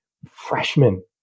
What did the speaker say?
freshman